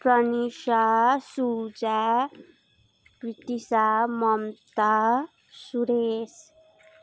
Pranisha Suja Nitisha Mamata Suresh